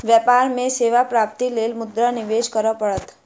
व्यापार में सेवा प्राप्तिक लेल मुद्रा निवेश करअ पड़त